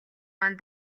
маань